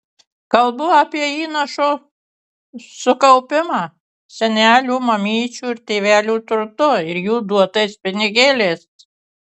kalbu apie įnašo sukaupimą senelių mamyčių ar tėvelių turtu ir jų duotais pinigėliais